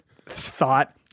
thought